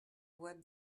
web